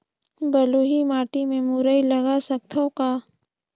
बलुही माटी मे मुरई लगा सकथव का?